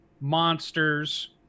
monsters